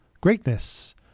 greatness